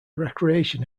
recreation